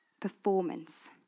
Performance